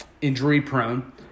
injury-prone